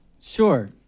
Sure